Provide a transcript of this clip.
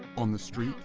on the street